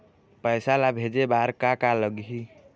पैसा ला भेजे बार का का लगही?